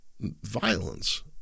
violence